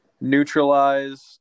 neutralize